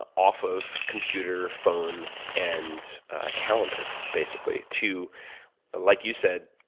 ah off of computer, phone, and calendar basically, to like you said,